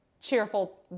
cheerful